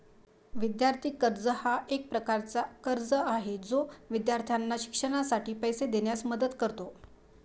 विद्यार्थी कर्ज हा एक प्रकारचा कर्ज आहे जो विद्यार्थ्यांना शिक्षणासाठी पैसे देण्यास मदत करतो